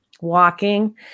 walking